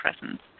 presence